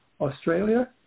Australia